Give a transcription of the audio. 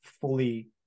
fully